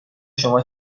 شما